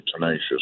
tenacious